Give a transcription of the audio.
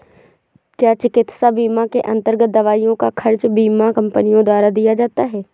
क्या चिकित्सा बीमा के अन्तर्गत दवाइयों का खर्च बीमा कंपनियों द्वारा दिया जाता है?